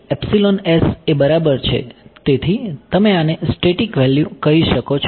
epsilon s એ બરાબર છે તેથી તમે આને સ્ટેટિક વેલ્યુ કહી શકો છો